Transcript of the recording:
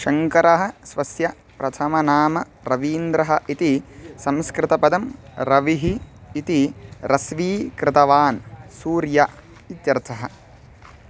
शङ्करः स्वस्य प्रथमनाम रवीन्द्रः इति संस्कृतपदं रविः इति ह्रस्वीकृतवान् सूर्यः इत्यर्थः